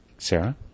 Sarah